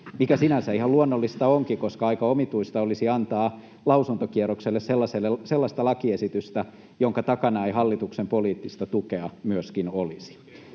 mikä sinänsä ihan luonnollista onkin, koska aika omituista olisi antaa lausuntokierrokselle sellaista lakiesitystä, jonka takana ei hallituksen poliittista tukea olisi.